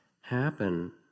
happen